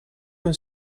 een